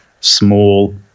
small